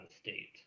state